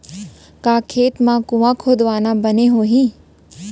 का खेत मा कुंआ खोदवाना बने होही?